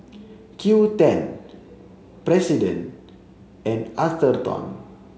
Q ten President and Atherton